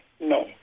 No